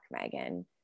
Megan